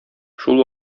шул